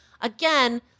Again